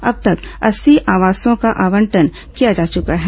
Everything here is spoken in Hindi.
अब तक अस्सी आवासों का आवंटन किया जा चुका है